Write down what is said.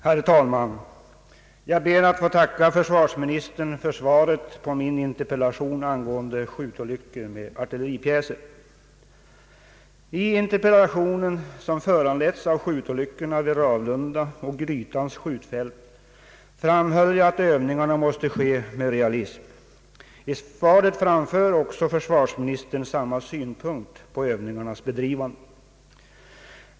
Herr talman! Jag ber att få tacka försvarsministern för svaret på min interpellation angående skjutolyckor med artilleripjäser. I interpellationen, som föranletts av skjutolyckorna vid Ravlunda och Grytans skjutfält, framhöll jag att övningarna måste ske med realism. I svaret framför försvarsministern samma synpunkt på övningarnas bedrivande.